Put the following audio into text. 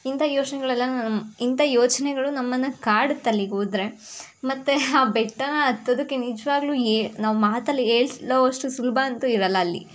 ಇಂಥ ಯೋಚನೆಗಳೆಲ್ಲ ಇಂಥ ಯೋಚನೆಗಳು ನಮ್ಮನ್ನು ಕಾಡುತ್ತೆ ಅಲ್ಲಿಗೆ ಹೋದ್ರೆ ಮತ್ತು ಆ ಬೆಟ್ಟಾನ ಹತ್ತೋದಕ್ಕೆ ನಿಜವಾಗ್ಲೂ ಏ ನಾವು ಮಾತಲ್ಲಿ ಹೇಳೋವಷ್ಟು ಸುಲಭ ಅಂತೂ ಇರೋಲ್ಲ ಅಲ್ಲಿ